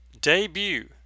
debut